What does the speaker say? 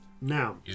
Now